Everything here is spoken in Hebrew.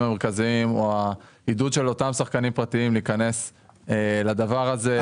המרכזיים הוא העידוד של אותם שחקנים פרטיים להיכנס לדבר הזה.